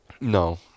no